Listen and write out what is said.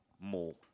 more